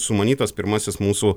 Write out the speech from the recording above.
sumanytas pirmasis mūsų